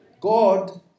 God